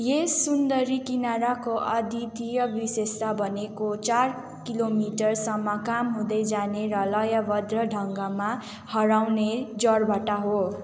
यस सुन्दरी किनाराको अद्वितीय विशेषता भनेको चार किलोमिटरसम्म काम हुँदै जाने र लयबद्ध ढङ्गमा हराउने ज्वारभाटा हो